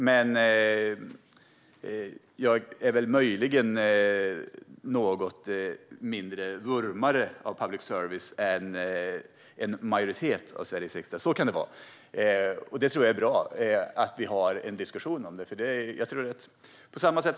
Men jag vurmar möjligen något mindre för public service än en majoritet i Sveriges riksdag gör. Jag tror att det är bra att vi har en diskussion om det, liksom man har i andra sammanhang.